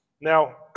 Now